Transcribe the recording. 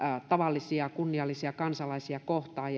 tavallisia kunniallisia kansalaisia kohtaan